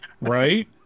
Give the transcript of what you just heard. Right